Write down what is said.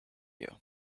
you